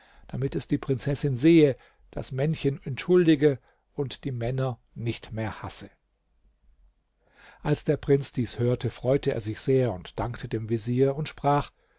damit es die prinzessin sehe das männchen entschuldige und die männer nicht mehr hasse als der prinz dies hörte freute er sich sehr dankte dem vezier und sprach